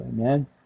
Amen